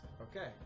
Okay